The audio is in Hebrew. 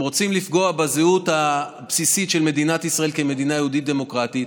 הם רוצים לפגוע בזהות הבסיסית של מדינת ישראל כמדינה יהודית ודמוקרטית.